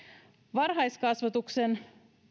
varhaiskasvatuksen